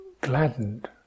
gladdened